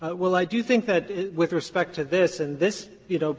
ah well, i do think that with respect to this and this you know,